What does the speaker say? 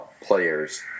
players